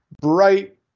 bright